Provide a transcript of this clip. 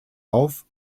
auf